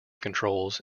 controls